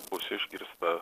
bus išgirsta